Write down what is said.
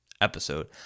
Episode